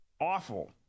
awful